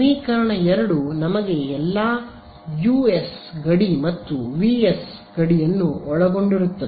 ಸಮೀಕರಣ 2 ನಮಗೆ ಎಲ್ಲಾ ಯುಎಸ್ ಗಡಿ ಮತ್ತು ವಿಎಸ್ ಗಡಿ ಯನ್ನು ಒಳಗೊಂಡಿರುತ್ತದೆ